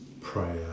prayer